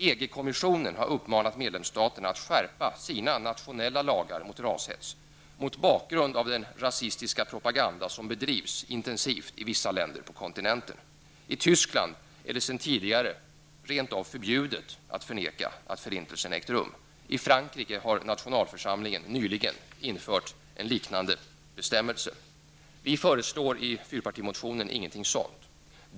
EG-kommissionen har uppmanat medlemsstaterna att skärpa sina nationella lagar mot rashets -- mot bakgrund av den rasistiska propaganda som bedrivs intensivt i vissa länder på kontinenten. I Tyskland är det sedan tidigare rent av förbjudet att förneka att förintelsen ägt rum. I Frankrike har nationalförsamlingen nyligen infört en liknande bestämmelse. Vi föreslår i fyrpartimotionen inte något sådant.